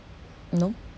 no